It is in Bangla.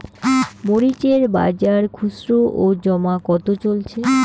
মরিচ এর বাজার খুচরো ও জমা কত চলছে?